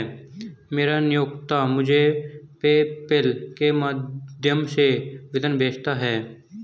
मेरा नियोक्ता मुझे पेपैल के माध्यम से वेतन भेजता है